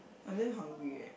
I'm damn hungry eh